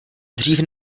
dřív